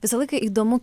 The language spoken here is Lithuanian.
visą laiką įdomu